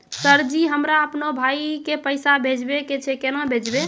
Sir ji हमरा अपनो भाई के पैसा भेजबे के छै, केना भेजबे?